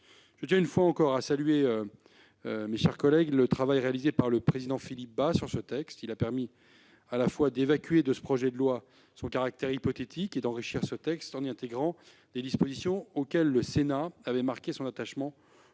Je tiens une fois encore à saluer, mes chers collègues, le travail réalisé par le président Philippe Bas. Il nous a permis à la fois d'évacuer de ce projet de loi son caractère hypothétique et d'enrichir le texte en y intégrant des dispositions auxquelles Sénat avait marqué son attachement